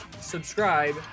subscribe